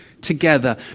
together